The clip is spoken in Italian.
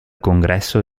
congresso